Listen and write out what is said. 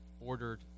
ordered